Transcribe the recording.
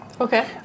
okay